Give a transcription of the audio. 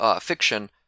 fiction